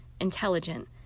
intelligent